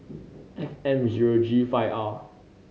F M zero G five R